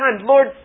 Lord